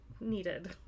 needed